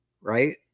right